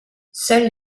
seuls